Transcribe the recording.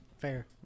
fair